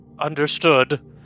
Understood